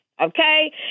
Okay